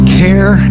care